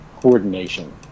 coordination